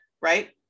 right